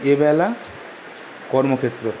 এবেলা কর্মক্ষেত্র